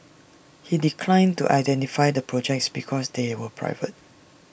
he declined to identify the projects because they were private